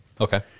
Okay